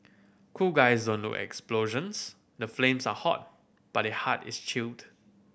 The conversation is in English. cool guys don't look explosions the flames are hot but their heart is chilled